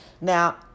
Now